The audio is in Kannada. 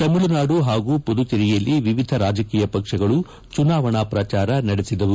ತಮಿಳುನಾದು ಹಾಗೂ ಪುದುಚೇರಿಯಲ್ಲಿ ವಿವಿಧ ರಾಜಕೀಯ ಪಕ್ಷಗಳು ಚುನಾವಣಾ ಪ್ರಚಾರ ನಡೆಸಿದವು